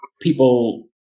people